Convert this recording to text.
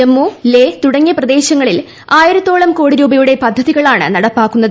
ജമ്മു ലേ തുടങ്ങിയ പ്രദേശങ്ങളിൽ ആയിരത്തോളം കോടിയുടെ പദ്ധതികളാണ് നടപ്പാക്കുന്നത്